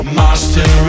master